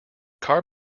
car